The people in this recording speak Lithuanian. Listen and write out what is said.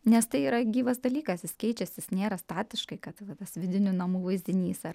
nes tai yra gyvas dalykas jis keičiasi jis nėra statiškai kad tas vidinių namų vaizdinys ar